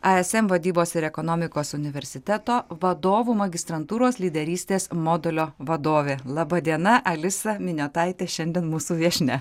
ai es em vadybos ir ekonomikos universiteto vadovų magistrantūros lyderystės modulio vadovė laba diena alisa miniotaitė šiandien mūsų viešnia